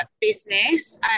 business